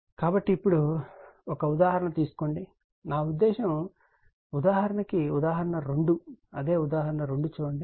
కాబట్టి ఇప్పుడు ఒక ఉదాహరణ తీసుకోండి నా ఉద్దేశ్యం ఉదాహరణకు ఉదాహరణ 2 అదే ఉదాహరణ 2 చూడండి